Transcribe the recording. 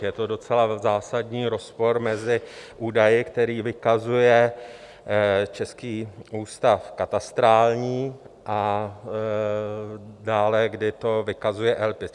Je to docela zásadní rozpor mezi údaji, které vykazuje Český úřad katastrální, a dále kde to vykazuje LPIS.